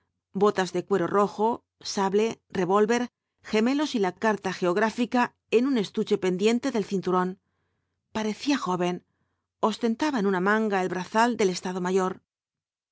botas de cuero rojo sable revólver gemelos y la carta geográfica en un estuche pendiente del cinturón parecía joven ostentaba en una manga el brazal del estado mayor